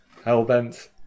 Hellbent